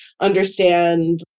understand